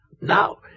Now